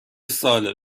ساله